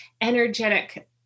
energetic